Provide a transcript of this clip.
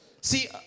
See